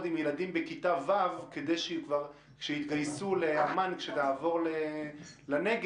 עם ילדים בכיתה ו' כדי שיתגייסו לאמ"ן שיעבור לנגב,